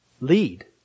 Lead